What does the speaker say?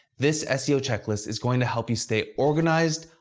this ah seo checklist is going to help you stay organized,